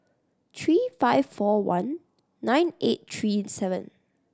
three five four one nine eight three seven